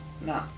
No